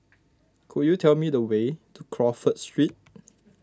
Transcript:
could you tell me the way to Crawford Street